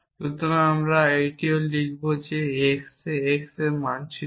সুতরাং আমরা এটাও লিখব যে x এ x এ মানচিত্র